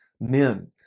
men